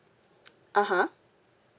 (uh huh)